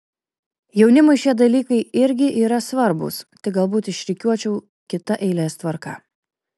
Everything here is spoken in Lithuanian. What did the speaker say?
jaunimui šie dalykai irgi yra svarbūs tik galbūt išrikiuočiau kita eilės tvarka